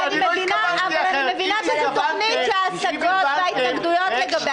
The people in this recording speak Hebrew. אם הבנתם --- אני מבינה שזו תוכנית שההשגות וההתנגדויות לגביה